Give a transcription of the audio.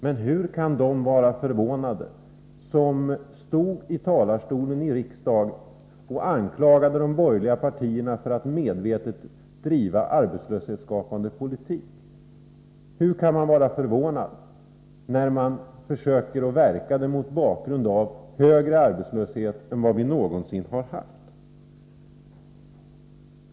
Men hur kan de vara förvånade som stod i talarstolen i riksdagen och anklagade de borgerliga partierna för att medvetet driva arbetslöshetsskapande politik? Hur kan man vara förvånad mot bakgrund av att vi har en högre arbetslöshet än vi någonsin har haft?